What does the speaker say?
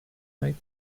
night